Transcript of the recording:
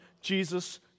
Jesus